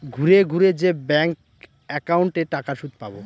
ঘুরে ঘুরে যে ব্যাঙ্ক একাউন্টে টাকার সুদ পাবো